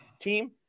team